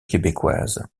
québécoise